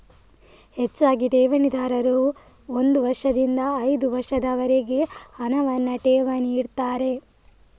ಹೆಚ್ಚಾಗಿ ಠೇವಣಿದಾರರು ಒಂದು ವರ್ಷದಿಂದ ಐದು ವರ್ಷಗಳವರೆಗೆ ಹಣವನ್ನ ಠೇವಣಿ ಇಡ್ತಾರೆ